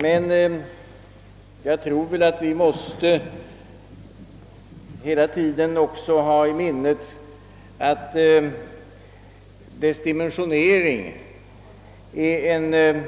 Men jag tror att vi hela tiden också måste ha i minnet att dess dimensionering måste anpassas